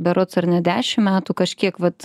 berods ar ne dešim metų kažkiek vat